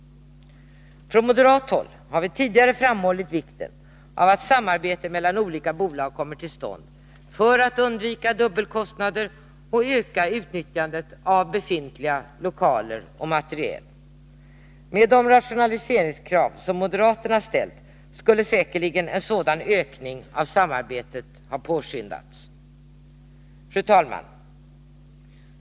Från moderat håll har vi tidigare framhållit vikten av att samarbete mellan olika bolag kommer till stånd för att undvika dubbelkostnader och öka utnyttjandet av befintliga lokaler och materiel. Med de rationaliseringskrav som moderaterna ställt skulle säkerligen en sådan ökning av samarbetet ha påskyndats. Fru talman!